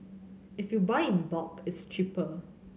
if you buy in bulk it's cheaper